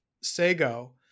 Sago